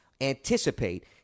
anticipate